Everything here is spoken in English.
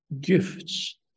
gifts